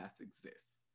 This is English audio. exists